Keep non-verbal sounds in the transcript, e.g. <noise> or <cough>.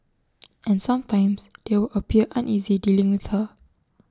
<noise> and sometimes they would appear uneasy dealing with her